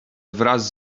wraz